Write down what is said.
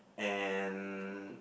and